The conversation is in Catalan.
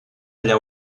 allà